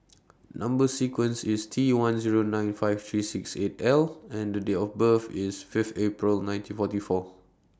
Number sequence IS T one Zero nine five three six eight L and Date of birth IS five April nineteen forty four